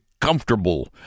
comfortable